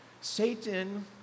Satan